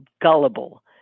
gullible